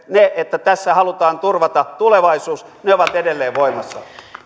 ne että tässä halutaan turvata tulevaisuus ovat edelleen voimassa